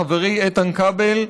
חברי איתן כבל,